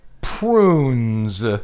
Prunes